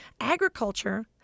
Agriculture